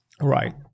right